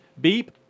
Beep